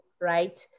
right